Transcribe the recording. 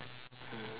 mm